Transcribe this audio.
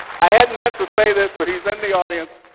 i hadn't meant to say this, but he's in the audience.